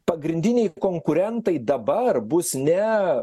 pagrindiniai konkurentai dabar bus ne